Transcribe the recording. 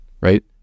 right